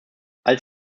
als